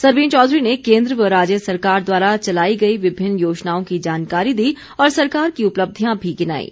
सरवीण चौधरी ने केन्द्र व राज्य सरकार द्वारा चलाई गई विभिन्न योजनाओं की जानकारी दी और सरकार की उपलब्धियां भी गिनाईं